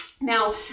Now